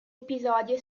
episodio